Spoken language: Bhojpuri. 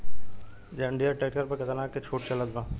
जंडियर ट्रैक्टर पर कितना के छूट चलत बा?